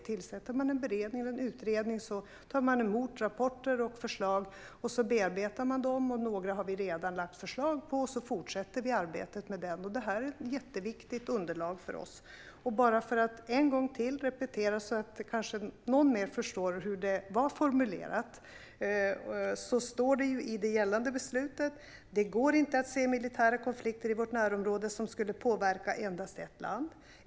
Om man tillsätter en beredning eller en utredning tar man emot rapporter och förslag och bearbetar dem. Några sådana har vi redan lagt fram förslag om, och vi fortsätter arbetet. Detta är ett jätteviktigt underlag för oss. Jag ska repetera en gång till så att någon mer kanske förstår hur det hela var formulerat. Det står så här i det gällande beslutet: Det går inte att se militära konflikter i vårt närområde som skulle påverka endast ett land.